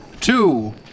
two